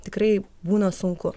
tikrai būna sunku